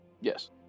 Yes